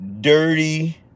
Dirty